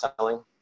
selling